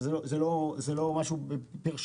זה לא משהו שהוא פר שנה.